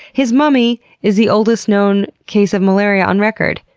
his mummy is the oldest known case of malaria on record.